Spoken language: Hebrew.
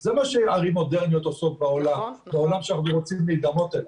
זה מה שערים מודרניות עושות בעולם אליו אנחנו רוצים להידמות.